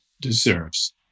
deserves